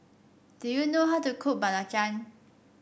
do you know how to cook belacan